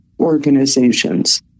organizations